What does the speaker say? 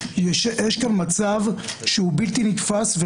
יש הרבה מאוד תפירת תיקים.